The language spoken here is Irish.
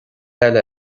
eile